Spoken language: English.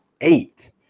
eight